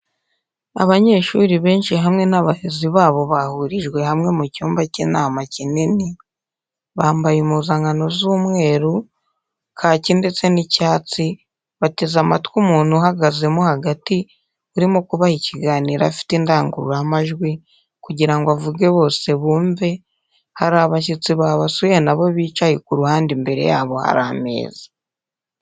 Abanyeshuri benshi hamwe n'abarezi babo bahurijwe hamwe mu cyumba cy'inama kinini, bambaye impuzankano z'umweru, kaki ndetse n'icyatsi bateze amatwi umuntu uhagazemo hagati urimo kubaha ikiganiro afite indangururamajwi kugira ngo avuge bose bumve, hari abashyitsi babasuye na bo bicaye ku ruhande imbere yabo hari ameza.